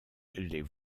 les